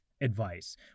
Advice